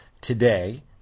today